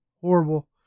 horrible